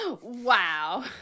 wow